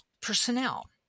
personnel